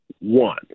One